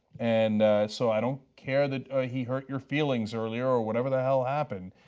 and so i don't care that he hurt your feelings earlier or whatever the hell happened.